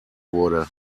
wurde